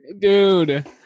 Dude